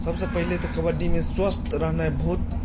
सभसँ पहिने तऽ कबड्डीमे स्वस्थ रहनाइ बहुत